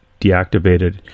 deactivated